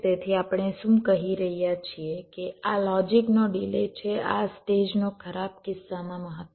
તેથી આપણે શું કહી રહ્યા છીએ કે આ લોજિકનો ડિલે છે આ સ્ટેજનો ખરાબ કિસ્સામાં મહત્તમ ડિલે